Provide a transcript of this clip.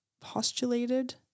postulated